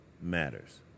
matters